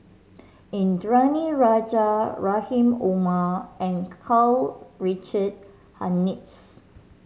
Indranee Rajah Rahim Omar and Karl Richard Hanitsch